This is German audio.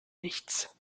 nichts